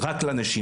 הנבחרות,